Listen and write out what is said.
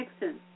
Nixon